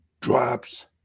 drops